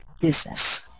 business